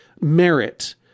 merit